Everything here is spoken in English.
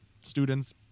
students